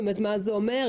מה זה אומר.